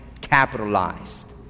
capitalized